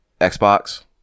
Xbox